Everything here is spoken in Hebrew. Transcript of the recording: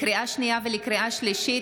לקריאה שנייה ולקריאה שלישית,